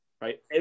right